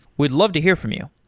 we'd love to hear from you.